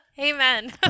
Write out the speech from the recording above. amen